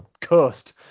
cursed